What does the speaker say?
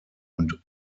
und